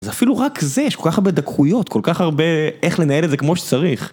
זה אפילו רק זה, יש כל כך הרבה דקויות, כל כך הרבה איך לנהל את זה כמו שצריך.